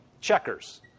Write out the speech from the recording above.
checkers